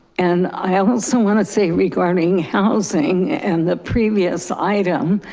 and i also wanna say regarding housing and the previous item,